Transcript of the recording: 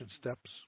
steps